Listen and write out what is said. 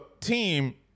team